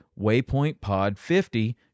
waypointpod50